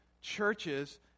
churches